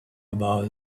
about